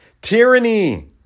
Tyranny